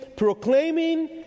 Proclaiming